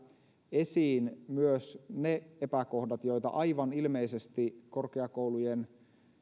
esiin myös ne epäkohdat joita aivan ilmeisesti korkeakoulujen